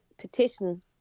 petition